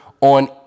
on